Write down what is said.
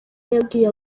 yabwiye